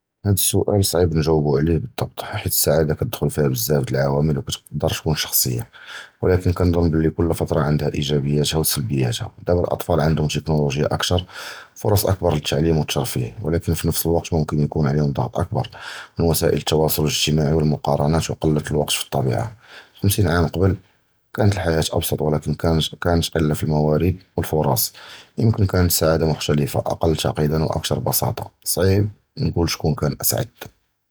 הַדָּא סוּאַל קְבִיר נִגְּוּבוֹ עָלֵיהּ בְּצַבַּט, כִּיּוּ אֶל-סַּעָאדָה כִּתְדְחוּל פִיהּ בְּזַבַּא דִי הַעֲוָּאלֶר וְכִתְקַדַּר תִּקוּן שִׁיָּחִיָּה, וְלָקִין כּנְצַנּ בְּלִי כּוּל פֶּרִיּוֹד עַנְדָּהּ אִיגּ'בִּיָּאתְהָ וְסַלְבִּיָּאתְהָ, דַּאבָּא אֶל-אַטְפָּאל עַנְדְּהוּם טֶכְנוֹלוֹגְיָה אַקְתַר, פְּרַצ' אַקְבַּר לִלְתַּעְלִים וְאֵל-תַּרְפִּיָּה, וְלָקִין בְּנְּפְס הַזְּמַן יִכַּדַּר יִקוּן עֲלֵיהֶם דַּחַק אַקְבַּר, מִן וְסַאיְל אֶל-תַּוְاصּוּל אֶל-אִגְ'טִמַעִי וְאֶל-מֻקַארְנַאת וְקַלַּת אֶל-זְּמַן פִי אֶל-טַּבִּיַּעָה, חַמְסִין עָאם קַבְּל כִּן הָיְתָה הַחַיַּاة אַפְסַבּ, וְלָקִין קָאן חְסַר אֶל-מַוָּארִד וְהַפְּרַצ' וִיכַּדַּר הַסַּעָאדָה כִּן שׁוּנְכּוּ מֻכְתַלֵפ, אַקְל מֻתְעַקַּד וְאַקְתַר פְּסַבָּה, סַעִיב נַעְלוּל מִיִּן קָאן אַסְעַד.